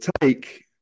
take